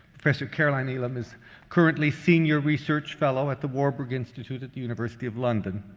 professor caroline elam is currently senior research fellow at the warburg institute at the university of london.